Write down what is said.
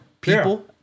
people